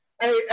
hey